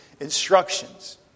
instructions